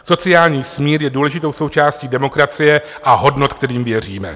Sociální smír je důležitou součástí demokracie a hodnot, kterým věříme.